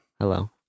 Hello